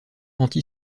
anti